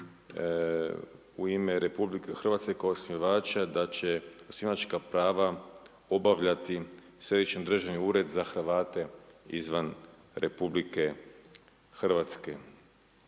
u ime Republike Hrvatske kao osnivača da će osnivačka prava obavljati Središnji državni ured za Hrvate izvan Republike Hrvatske.